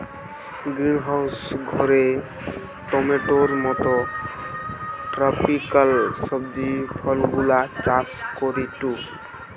greenhouse ঘরে টমেটোর মত ট্রপিকাল সবজি ফলগুলা চাষ করিটু